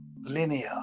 linear